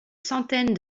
centaine